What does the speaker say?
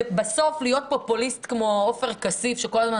להיות פופוליסט כמו עופר כסיף שכל הזמן